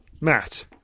Matt